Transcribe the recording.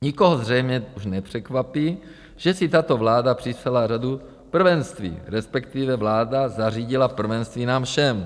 Nikoho zřejmě už nepřekvapí, že si tato vláda připsala řadu prvenství, respektive vláda zařídila prvenství nám všem.